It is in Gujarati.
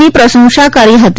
ની પ્રશંસા કરી હતી